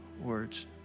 words